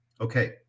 Okay